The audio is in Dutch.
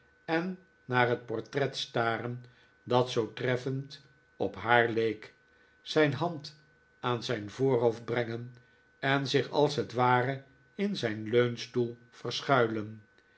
en naar het portret staren dat zoo treffend op haar leek zijn hand aan zijn voorhoofd brengen en zich als het ware in zijn leunstoel verschuilen